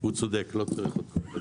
הוא צודק, לא צריך את זה.